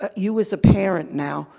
ah you as a parent now,